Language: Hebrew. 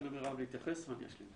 אני אתן למירב להתייחס ואני אשלים.